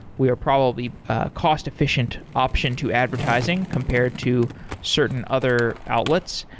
we are probably ah cost-efficient option to advertising compared to certain other outlets,